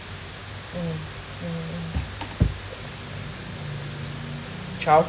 mm mm mm